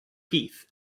heath